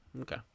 Okay